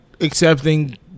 accepting